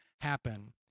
happen